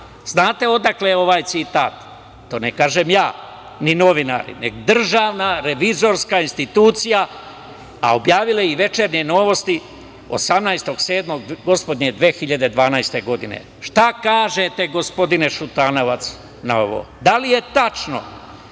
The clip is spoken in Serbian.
Znate li odakle je ovaj citat? To ne kažem ja, ni novinari, nego Državna revizorska institucija, a objavile i „Večernje novosti“ 18. jula 2012. godine. Šta kažete, gospodine Šutanovac, na ovo? Da li je tačno